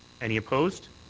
any opposed?